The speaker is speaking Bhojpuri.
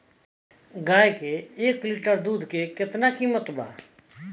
गाय के एक लीटर दुध के कीमत केतना बा?